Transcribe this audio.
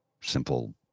simple